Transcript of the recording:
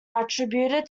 attributed